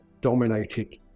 dominated